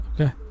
Okay